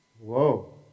Whoa